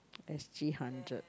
S_G hundred